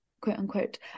quote-unquote